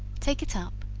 take it up,